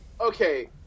Okay